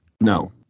No